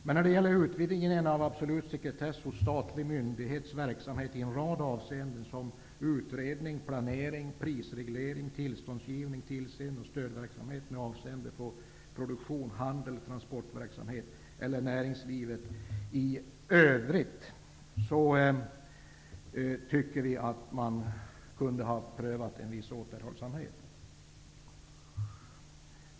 Men här gäller utvidgningen absolut sekretess hos statlig myndighets verksamhet i en rad avseenden såsom utredning, planering, prisreglering, tillståndsgivning, tillsyn och stödverksamhet när det gäller produktion, handel, transportverksamhet eller näringslivet i övrigt. Vi tycker att man kunde ha prövat en viss återhållsamhet.